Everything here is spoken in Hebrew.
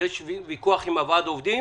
ויכוח עם ועד העובדים